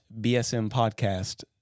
bsmpodcast